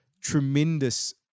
tremendous